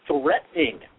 threatening